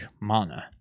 Mana